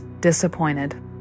disappointed